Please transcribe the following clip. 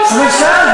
אבל שאלת,